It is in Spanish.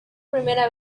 primera